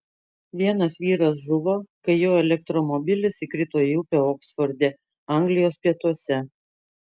vienas vyras žuvo kai jo elektromobilis įkrito į upę oksforde anglijos pietuose